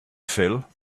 fell